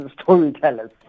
storytellers